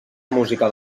música